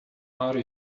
are